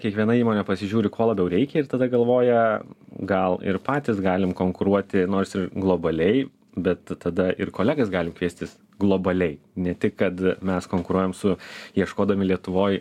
kiekviena įmonė pasižiūri ko labiau reikia ir tada galvoja gal ir patys galim konkuruoti nors globaliai bet tada ir kolegas galim kviestis globaliai ne tik kad mes konkuruojam su ieškodami lietuvoj